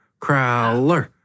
Crowler